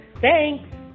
Thanks